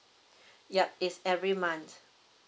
yup it's every month